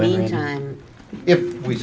wintertime if we